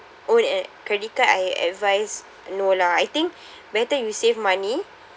own a credit card I advise no lah I think better you save money